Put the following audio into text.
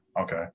okay